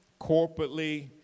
corporately